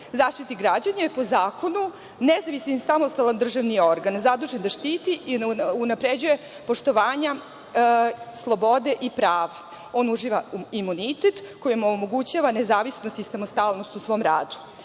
Zaštitnik građana je, po zakonu, nezavistan i samostalan državni organ, zadužen da štiti i unapređuje poštovanja slobode i prava, on uživa imunitet koji mu omogućava nezavisnost i samostalnost u svom radu.